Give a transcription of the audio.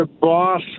boss